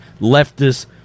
leftist